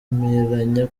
bemeranya